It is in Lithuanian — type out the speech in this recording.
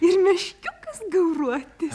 ir meškiukas gauruotis